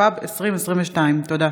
התשפ"ב 2022. תודה.